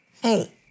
Hey